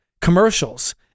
commercials